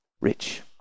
rich